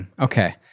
Okay